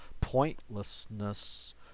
pointlessness